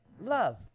Love